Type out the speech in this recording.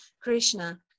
Krishna